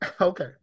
Okay